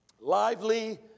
Lively